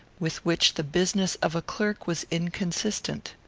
with which the business of a clerk was inconsistent.